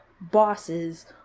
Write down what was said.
bosses